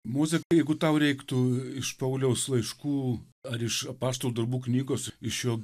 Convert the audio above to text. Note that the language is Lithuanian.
moze jeigu tau reiktų iš pauliaus laiškų ar iš apaštalų darbų knygos iš jo